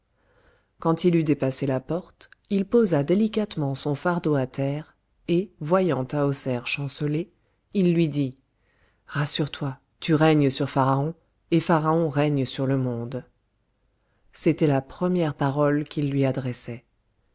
quand il eut dépassé la porte il posa délicatement son fardeau à terre et voyant tahoser chanceler il lui dit rassure-toi tu règnes sur pharaon et pharaon règne sur le monde c'était la première parole qu'il lui adressait